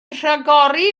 rhagori